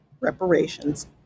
reparations